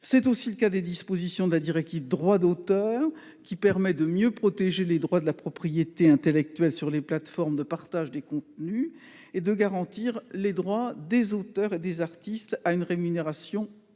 C'est aussi le cas des dispositions de la directive relative aux droits d'auteur, qui permet de mieux protéger les droits de la propriété intellectuelle sur les plateformes de partage des contenus et de garantir le droit des auteurs et des artistes à une rémunération